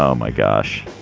um my gosh.